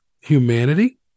humanity